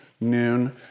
noon